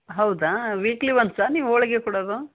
ಹೌದಾ ವೀಕ್ಲಿ ಒನ್ಸಾ ನೀವು ಹೋಳ್ಗೆ ಕೊಡೋದು